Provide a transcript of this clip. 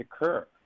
occur